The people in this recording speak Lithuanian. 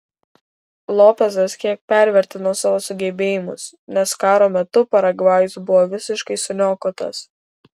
lopezas kiek pervertino savo sugebėjimus nes karo metu paragvajus buvo visiškai suniokotas